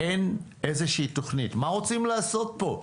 אין איזה שהיא תכנית, מה רוצים לעשות פה,